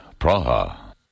Praha